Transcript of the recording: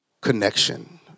connection